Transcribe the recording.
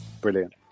brilliant